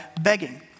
begging